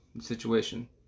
situation